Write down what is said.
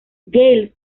gales